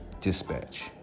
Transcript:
Dispatch